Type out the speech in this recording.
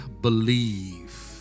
believe